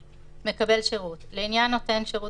""מקבל שירות" (1)לעניין נותן שירות